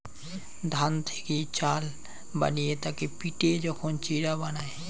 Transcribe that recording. ধান থেকি চাল বানিয়ে তাকে পিটে যখন চিড়া বানায়